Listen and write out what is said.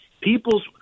People's